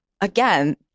again